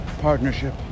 partnership